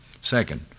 Second